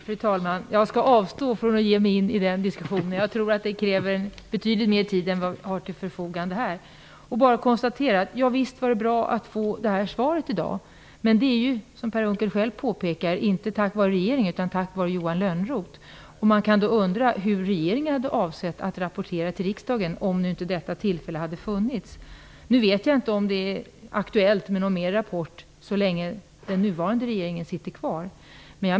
Fru talman! Jag skall avstå från att ge mig in i den diskussionen. Jag tror att den kräver betydligt mer tid än vad vi har till förfogande här. Jag kan bara konstatera att det var bra att få det här svaret i dag. Men det är ju, som Per Unckel själv påpekar, inte tack vare regeringen utan tack vare Johan Lönnroth. Då kan man undra hur regeringen hade avsett att rapportera till riksdagen om inte detta tillfälle hade funnits. Jag vet inte om det är aktuellt med någon mer rapport så länge den nuvarande regeringen sitter kvar.